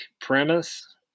premise